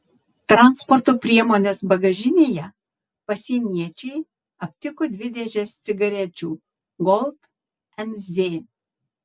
transporto priemonės bagažinėje pasieniečiai aptiko dvi dėžes cigarečių gold nz